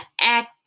act